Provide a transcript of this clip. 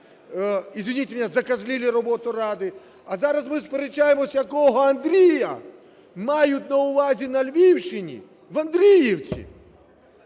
извините меня, закозлили работу Рады, а зараз ми сперечаємося, якого Андрія мають на увазі на Львівщині, в Андріївці.